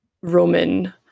Roman